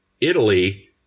Italy